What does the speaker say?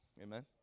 amen